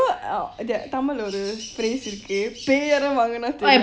you know uh that தமிழ்ல ஒரு:tamilla oru phrase இருக்கு பேய் அறை வாங்குனா unk:irrukku pey arai vangunaa